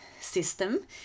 system